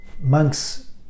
monks